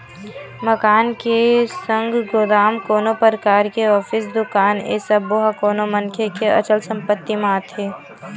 मकान के संग गोदाम, कोनो परकार के ऑफिस, दुकान ए सब्बो ह कोनो मनखे के अचल संपत्ति म आथे